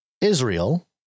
Israel